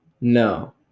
No